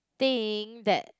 think that